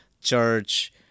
church